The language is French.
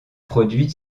produite